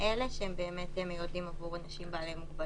זה שאני אגיד לאנשים להיות חמישה בתוך חדר במקום